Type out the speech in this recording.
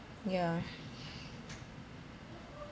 yeah